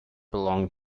belongs